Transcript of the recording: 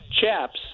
Chaps